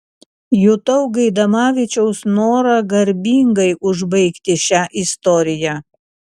jutau gaidamavičiaus norą garbingai užbaigti šią istoriją